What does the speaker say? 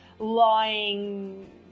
Lying